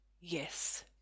yes